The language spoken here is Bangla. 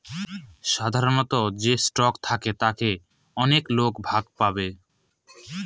সাধারন যে স্টক থাকে তাতে অনেক লোক ভাগ পাবে